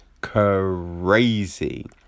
crazy